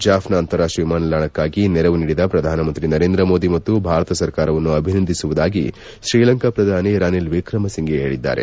ಜಾಫ್ನಾ ಅಂತಾರಾಷ್ಟೀಯ ವಿಮಾನ ನಿಲ್ದಾಣಕ್ಕಾಗಿ ನೆರವು ನೀಡಿದ ಪ್ರಧಾನಮಂತ್ರಿ ನರೇಂದ್ರ ಮೋದಿ ಮತ್ತು ಭಾರತ ಸರ್ಕಾರವನ್ನು ಅಭಿನಂದಿಸುವುದಾಗಿ ಶ್ರೀಲಂಕಾ ಪ್ರಧಾನಿ ರನಿಲ್ ವಿಕ್ರಮ ಸಿಂಫೆ ಹೇಳಿದ್ದಾರೆ